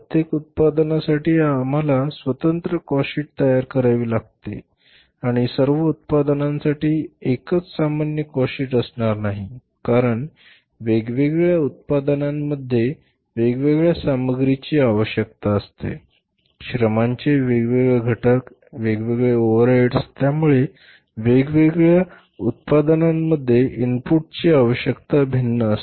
प्रत्येक उत्पादनासाठी आम्हाला स्वतंत्र काॅस्ट शीट तयार करावी लागेल आणि सर्व उत्पादनांसाठी एकच सामान्य काॅस्ट शीट असणार नाही कारण वेगवेगळ्या उत्पादनांमध्ये वेगवेगळ्या सामग्रीची आवश्यकता असते श्रमांचे वेगवेगळे घटक वेगवेगळे ओव्हरहेड्स त्यामुळे वेगवेगळ्या उत्पादनांमध्ये इनपुटची आवश्यकता भिन्न असते